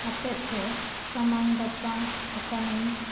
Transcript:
ᱟᱛᱮᱫ ᱜᱮ ᱥᱟᱢᱟᱝ ᱫᱟᱯᱨᱟᱢ ᱟᱠᱟᱱᱟ ᱧ